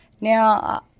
Now